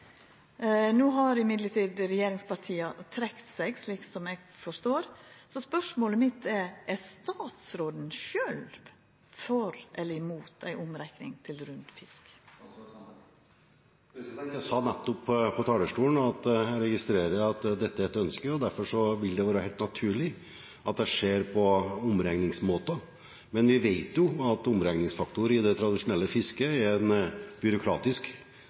No har likevel regjeringspartia trekt seg, slik eg forstår det. Så spørsmålet mitt er: Er statsråden sjølv for eller imot ei omrekning til rund fisk? Jeg sa nettopp fra talerstolen at jeg registrerer at dette er et ønske, og derfor vil det være helt naturlig at jeg ser på omregningsmåter. Men vi vet at omregningsfaktorer i det tradisjonelle fisket er en byråkratisk